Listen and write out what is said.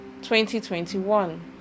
2021